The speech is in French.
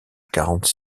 quarante